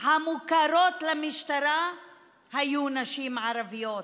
המוכרות למשטרה היו נשים ערביות.